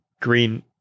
green